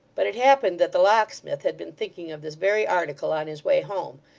but it happened that the locksmith had been thinking of this very article on his way home,